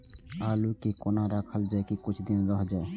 आलू के कोना राखल जाय की कुछ दिन रह जाय?